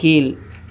கீழ்